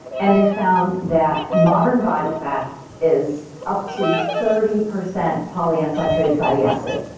and they found that modern body fat is up to thirty percent polyunsaturated fatty acid.